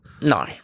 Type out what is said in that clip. No